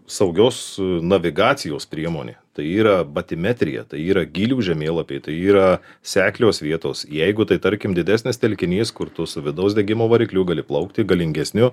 saugios navigacijos priemonė tai yra batimetrija tai yra gylių žemėlapiai tai yra seklios vietos jeigu tai tarkim didesnis telkinys kur tu su vidaus degimo varikliu gali plaukti galingesniu